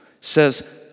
says